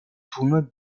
tournois